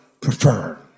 prefer